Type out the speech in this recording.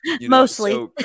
mostly